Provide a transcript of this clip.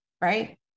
right